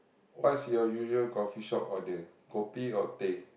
what's your usual coffee shop order kopi or teh